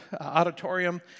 auditorium